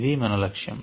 ఇది మన లక్ష్యం